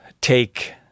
take